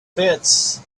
fence